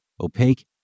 opaque